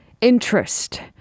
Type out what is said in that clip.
Interest